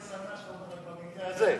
אני שמח שאתה אומר "במקרה הזה",